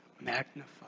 magnify